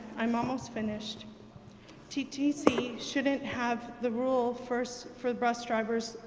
i'm almost finished ttc shouldn't have the rule first for the bus drivers,